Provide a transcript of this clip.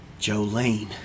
Jolene